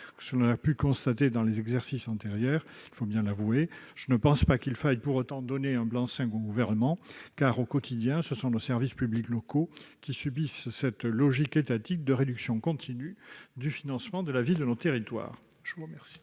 qu'on a pu constater dans les exercices antérieurs- il faut bien l'avouer -, je ne pense pas qu'il faille pour autant donner un blanc-seing au Gouvernement, car, au quotidien, ce sont nos services publics locaux qui subissent cette logique étatique de réduction continue du financement de la vie de nos territoires. La parole